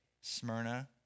Smyrna